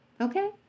Okay